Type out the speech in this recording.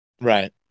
Right